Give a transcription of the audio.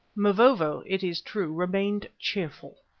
mavovo, it is true, remained cheerful.